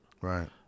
Right